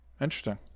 Interesting